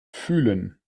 fühlen